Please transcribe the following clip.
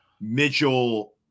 Mitchell